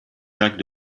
jacques